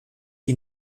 die